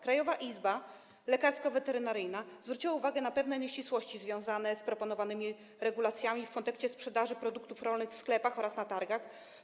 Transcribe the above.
Krajowa Izba Lekarsko-Weterynaryjna zwróciła uwagę na pewne nieścisłości związane z proponowanymi regulacjami w kontekście sprzedaży produktów rolnych w sklepach oraz na targach.